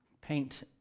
paint